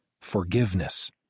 forgiveness